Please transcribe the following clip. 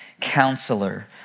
Counselor